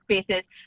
spaces